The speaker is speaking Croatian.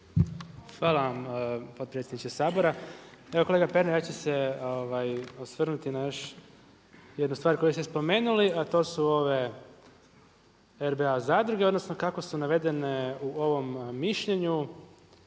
Hvala potpredsjedniče Sabora. Evo kolega Pernar ja ću se osvrnuti na još jednu stvar koju niste spomenuli, a to su ove RBA zadruge odnosno kako su navedene u ovom mišljenju